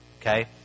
Okay